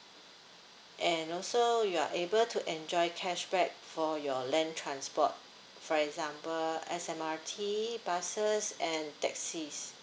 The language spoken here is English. and also you are able to enjoy cashback for your land transport for example S_M_R_T buses and taxis